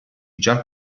già